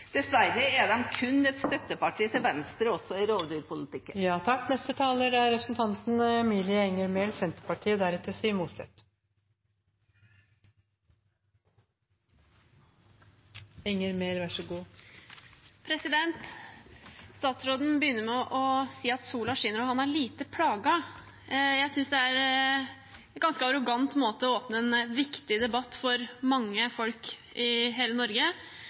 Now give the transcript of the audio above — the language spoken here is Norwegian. Dessverre er de kun et støtteparti for Venstre også i rovdyrpolitikken. Statsråden begynner med å si at sola skinner, og han er lite plaget. Jeg synes det er ganske arrogant å åpne en viktig debatt for mange folk i hele Norge